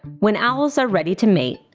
when owls are ready to mate,